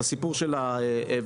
את הסיפור של הווטרינריה,